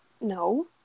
No